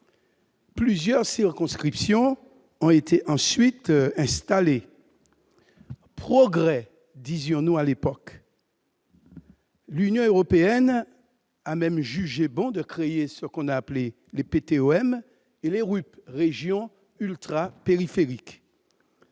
plusieurs circonscriptions ont été ensuite instaurées :« progrès », disions-nous à l'époque. L'Union européenne a même jugé bon de créer ce qu'on a appelé les PTOM, les pays et territoires